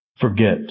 forget